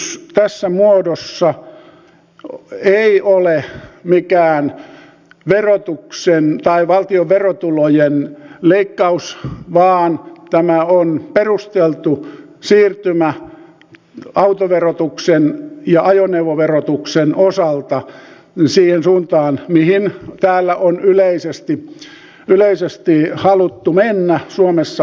tämä esitys tässä muodossa ei ole mikään valtion verotulojen leikkaus vaan tämä on perusteltu siirtymä autoverotuksen ja ajoneuvoverotuksen osalta siihen suuntaan mihin on yleisesti haluttu mennä täällä suomessa